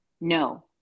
No